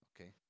Okay